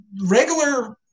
regular